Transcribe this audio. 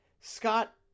Scott